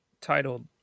titled